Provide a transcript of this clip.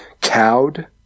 cowed